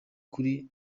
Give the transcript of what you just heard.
kuri